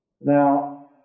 Now